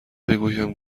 بگویم